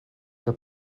für